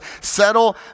settle